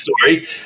story